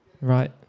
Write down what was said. Right